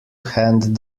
hand